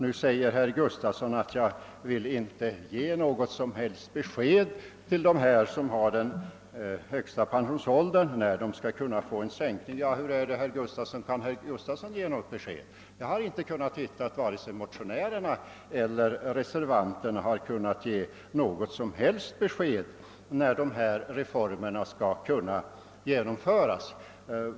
Nu säger herr Gustavsson att till de människor som har den högsta pensionsåldern vill jag inte ge något som helst besked om när de kan påräkna en sänkning av pensionsåldern, men hur är det, kan herr Gustavsson själv lämna något sådant besked? Jag har inte kunnat finna att vare sig motionärerna eller reservanterna har kunnat ange när några sådana reformer skall kunna genomföras.